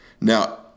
Now